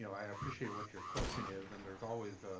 you know i appreciate what your question is, and there is always